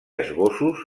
esbossos